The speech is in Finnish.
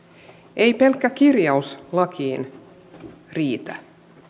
ei pelkkä kirjaus lakiin riitä